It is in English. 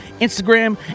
Instagram